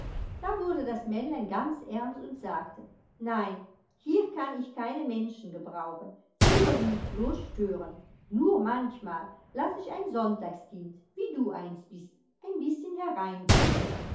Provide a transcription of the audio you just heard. da wurde das männlein ganz ernst und sagte nein hier kann ich keine menschen gebrauchen die würden mich blos stören nur manchmal laß ich ein sonntagskind wie du eins bist ein bißchen